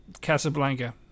Casablanca